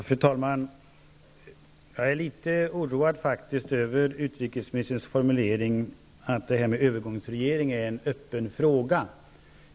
Fru talman! Jag är faktiskt litet orolig med anledning av utrikesministerns formulering: att det här med övergångsregering är en öppen fråga.